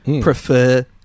prefer